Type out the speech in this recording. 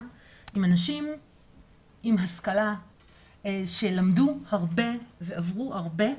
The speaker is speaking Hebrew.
הם אנשים עם השכלה שלמדו הרבה ועברו הרבה,